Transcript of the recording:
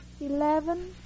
eleven